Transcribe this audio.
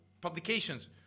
publications